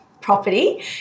property